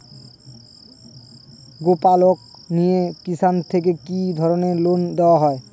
গোপালক মিয়ে কিষান থেকে কি ধরনের লোন দেওয়া হয়?